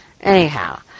Anyhow